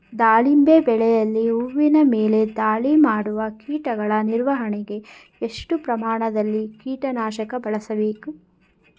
ದಾಳಿಂಬೆ ಬೆಳೆಯಲ್ಲಿ ಹೂವಿನ ಮೇಲೆ ದಾಳಿ ಮಾಡುವ ಕೀಟಗಳ ನಿರ್ವಹಣೆಗೆ, ಎಷ್ಟು ಪ್ರಮಾಣದಲ್ಲಿ ಕೀಟ ನಾಶಕ ಬಳಸಬೇಕು?